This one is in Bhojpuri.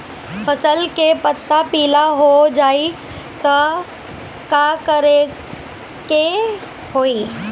फसल के पत्ता पीला हो जाई त का करेके होई?